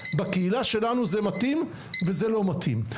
בקהילה שלנו זה מתאים וזה לא מתאים.